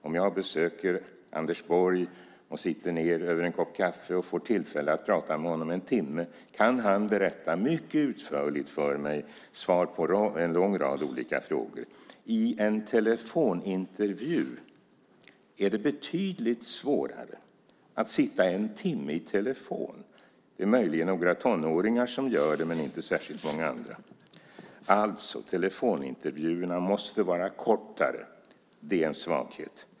Om jag besöker Anders Borg, sitter ned över en kopp kaffe och får tillfälle att prata med honom en timme kan han berätta mycket utförligt för mig svaret på en lång rad olika frågor. I en telefonintervju är det betydligt svårare. Att sitta en timme i telefon är det möjligen några tonåringar som gör, men inte särskilt många andra. Alltså: Telefonintervjuerna måste vara kortare. Det är en svaghet.